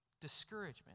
Discouragement